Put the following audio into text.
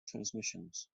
transmissions